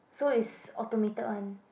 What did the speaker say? so is automated one